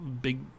big